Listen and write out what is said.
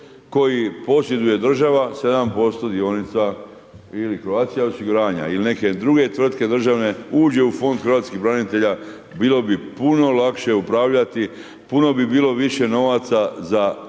koji posjeduje država 7% dionica ili Croatia osiguranja ili neke druge tvrtke državne, uđu u fond hrvatskih branitelja, bilo bi puno lakše upravljati, puno bi bilo više novaca, za